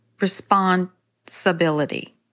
responsibility